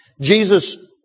Jesus